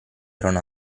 erano